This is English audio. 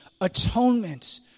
atonement